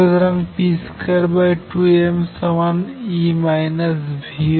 সুতরাং p22mE V